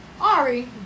Ari